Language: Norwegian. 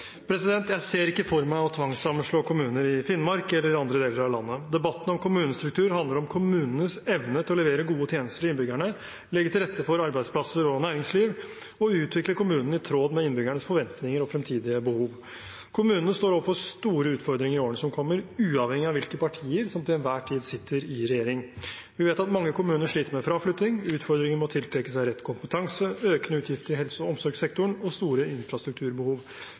Jeg ser ikke for meg å tvangssammenslå kommuner i Finnmark eller andre deler av landet. Debatten om kommunestruktur handler om kommunenes evne til å levere gode tjenester til innbyggerne, legge til rette for arbeidsplasser og næringsliv og utvikle kommunen i tråd med innbyggernes forventninger og fremtidige behov. Kommunene står overfor store utfordringer i årene som kommer, uavhengig av hvilke partier som til enhver tid sitter i regjering. Vi vet at mange kommuner sliter med fraflytting, utfordringer med å tiltrekke seg rett kompetanse, økende utgifter i helse- og omsorgssektoren og store infrastrukturbehov.